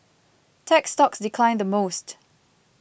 tech stocks declined the most